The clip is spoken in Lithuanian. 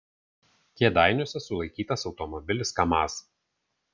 kėdainiuose sulaikytas automobilis kamaz